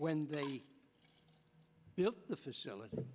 when they built the facility